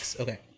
okay